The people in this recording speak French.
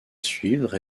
suivre